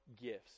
gifts